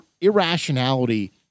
irrationality